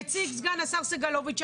הציג סגן השר סגלוביץ'.